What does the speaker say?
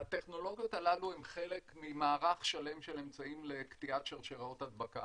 הטכנולוגיות הללו הן חלק ממערך שלם של אמצעים לקטיעת שרשראות הדבקה.